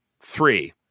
three